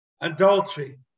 Adultery